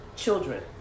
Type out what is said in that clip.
Children